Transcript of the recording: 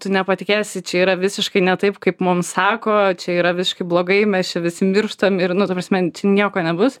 tu nepatikėsi čia yra visiškai ne taip kaip mums sako čia yra visiškai blogai mes čia visi mirštam ir nu ta prasme čia nieko nebus